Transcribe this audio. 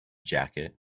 jacket